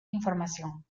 información